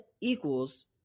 equals